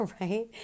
right